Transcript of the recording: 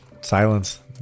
Silence